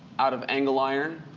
out of angle iron,